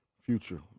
future